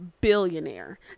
billionaire